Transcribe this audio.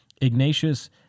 Ignatius